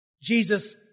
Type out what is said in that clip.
Jesus